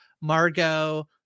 Margot